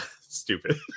stupid